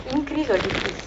increase or decrease